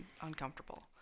uncomfortable